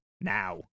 now